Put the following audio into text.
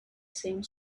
same